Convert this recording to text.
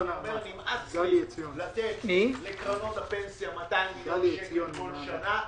אומר: נמאס לי לתת לקרנות הפנסיה 200 מיליון שקל כל שנה,